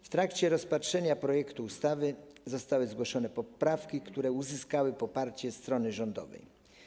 W trakcie rozpatrzenia projektu ustawy zostały zgłoszone poprawki, które uzyskały poparcie strony rządowej.